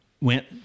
went